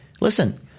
listen